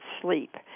Sleep